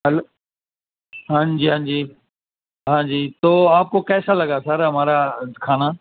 hello ہاں جی ہاں جی ہاں جی تو آپ کو کیسا لگا سر ہمارا کھانا